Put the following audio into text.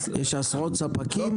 יש עשרות ספקים?